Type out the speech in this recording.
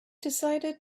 decided